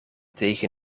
tegen